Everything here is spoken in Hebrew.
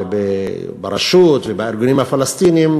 ברשות ובארגונים הפלסטיניים,